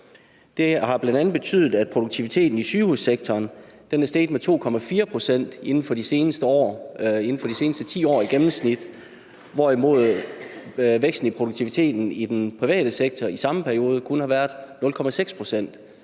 Det har bl.a. betydet, at produktiviteten i sygehussektoren er steget med 2,4 pct. inden for de seneste 10 år i gennemsnit, hvorimod væksten i produktiviteten i den private sektor i samme periode kun har været 0,6 pct.,